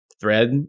thread